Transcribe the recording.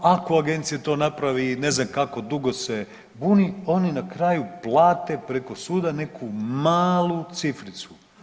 Ako to agencije to naprave i ne znam kako dugo se buni, oni na kraju plate preko suda neku malu cifricu.